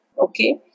Okay